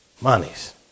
monies